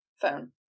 phone